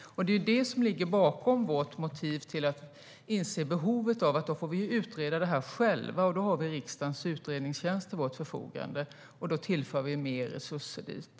Det är det som ligger bakom. Vårt motiv är att vi inser behovet av att vi får utreda detta själva. Vi har då riksdagens utredningstjänst till vårt förfogande. Och då tillför vi mer resurser dit.